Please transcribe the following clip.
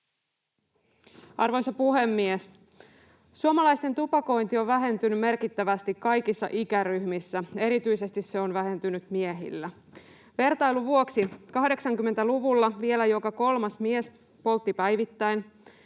Arvoisa puhemies! Suomalaisten tupakointi on vähentynyt merkittävästi kaikissa ikäryhmissä, erityisesti se on vähentynyt miehillä. Vertailun vuoksi: 80-luvulla vielä joka kolmas mies poltti päivittäin,